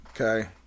okay